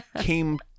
came